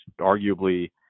arguably